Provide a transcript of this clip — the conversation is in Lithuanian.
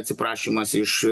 atsiprašymas iš